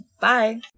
Bye